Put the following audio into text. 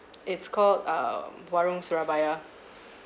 it's called um warung surabaya